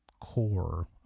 core